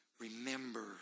remember